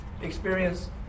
experience